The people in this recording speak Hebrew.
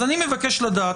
אז אני מבקש לדעת,